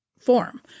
form